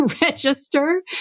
register